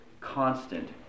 constant